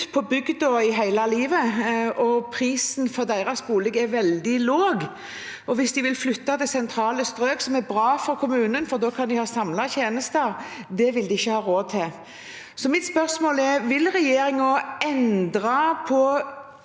på bygda hele livet, der prisen for deres bolig er veldig lav? Hvis de vil flytte til sentrale strøk – noe som er bra for kommunen, for da kan de ha samlede tjenester – vil de ikke ha råd til det. Så mitt spørsmål er: Vil regjeringen endre på